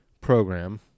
program